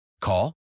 Call